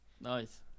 Nice